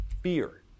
fear